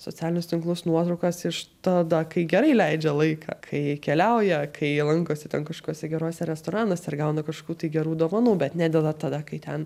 socialinius tinklus nuotraukas iš tada kai gerai leidžia laiką kai keliauja kai lankosi ten kažkokiuose geruose restoranuose ir gauna kažkur tai gerų dovanų bet nededa tada kai ten